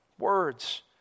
words